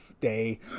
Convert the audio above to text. day